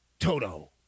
Toto